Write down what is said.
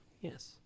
Yes